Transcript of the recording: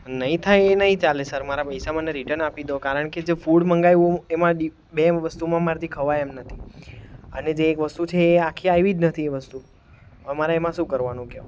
નહીં થાય એ નહીં ચાલે સર મારા પૈસા મને રિટન આપી દો કારણ કે જે ફૂડ મંગાવ્યું એમાંથી બે વસ્તુમાં મારાથી ખવાય એમ નથી અને જે એક વસ્તુ છે એ આખી આવી જ નથી એ વસ્તુ હવે મારે એમાં શું કરવાનું કહો